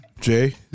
Jay